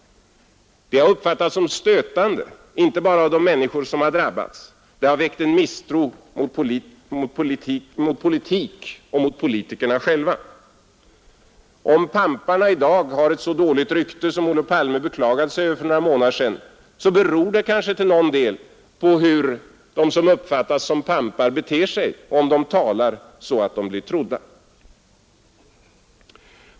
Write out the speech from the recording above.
Det har uppfattats som stötande inte bara av de människor som drabbats, det har också väckt misstro mot politik och mot politikerna själva. Om ”pamparna” i dag har ett så dåligt rykte som Olof Palme beklagade sig över för några månader sedan, så beror det kanske till någon del på hur de som uppfattas som ”pampar” beter sig och om de talar så att de blir trodda.